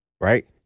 right